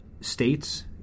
states